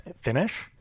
finish